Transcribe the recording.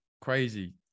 crazy